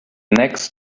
next